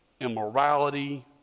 immorality